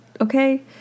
okay